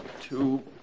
Two